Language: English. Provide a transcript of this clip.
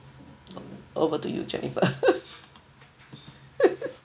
o~ over to you jennifer